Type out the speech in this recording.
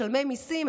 משלמי מיסים,